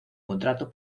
contrato